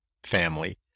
family